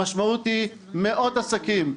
המשמעות היא שמאות עסקים,